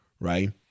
right